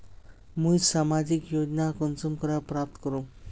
मुई सामाजिक योजना कुंसम करे प्राप्त करूम?